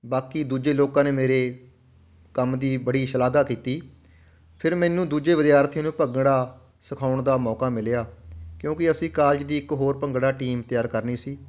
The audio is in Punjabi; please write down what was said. ਬਾਕੀ ਦੂਜੇ ਲੋਕਾਂ ਨੇ ਮੇਰੇ ਕੰਮ ਦੀ ਬੜੀ ਸ਼ਲਾਘਾ ਕੀਤੀ ਫਿਰ ਮੈਨੂੰ ਦੂਜੇ ਵਿਦਿਆਰਥੀਆਂ ਨੂੰ ਭੰਗੜਾ ਸਿਖਾਉਣ ਦਾ ਮੌਕਾ ਮਿਲਿਆ ਕਿਉਂਕਿ ਅਸੀਂ ਕਾਲਜ ਦੀ ਇੱਕ ਹੋਰ ਭੰਗੜਾ ਟੀਮ ਤਿਆਰ ਕਰਨੀ ਸੀ